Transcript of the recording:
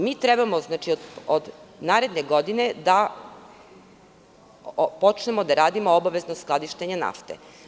Mi trebamo od naredne godine da počnemo da radimo obavezno skladištenje nafte.